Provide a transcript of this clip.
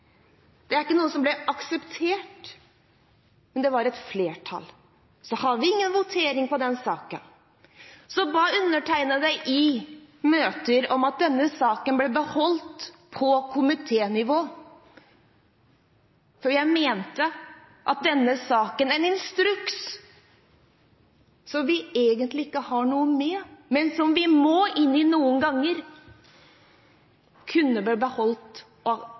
Det var ikke noe som «blei akseptert», men det var et flertall for. Så har vi ingen votering på den saken. Undertegnede ba i møter om at denne saken ble beholdt på komiténivå, for jeg mente at denne saken – en instruks, som vi egentlig ikke har noe med, men som vi må inn i noen ganger – kunne vært beholdt og